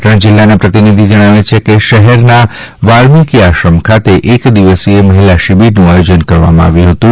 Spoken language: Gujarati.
પાટણ જિલ્લાના પ્રતિનિધિ જણાવે છે કે શહેરના વાલ્મિકી આશ્રમ ખાતે એક દિવસીય મહિલા શિબિરનું આયોજન કરવામાં આવ્યું હતું